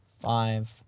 five